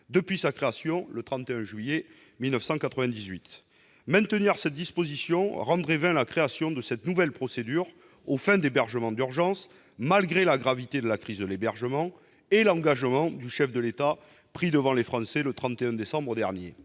depuis sa création le 31 juillet 1998. Maintenir cette disposition rendrait vaine la création de la nouvelle procédure aux fins d'hébergement d'urgence, malgré la gravité de la crise de l'hébergement et l'engagement du chef de l'État pris devant les Français le 31 décembre dernier.